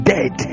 Dead